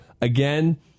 again